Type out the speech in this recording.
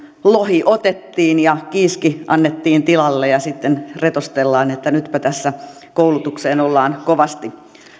lohi otettiin ja kiiski annettiin tilalle ja sitten retostellaan että nytpä tässä koulutukseen ollaan kovasti